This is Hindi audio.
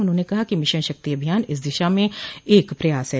उन्होंने कहा कि मिशन शक्ति अभियान इसी दिशा में एक प्रयास है